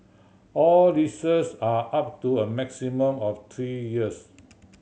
all leases are up to a maximum of three years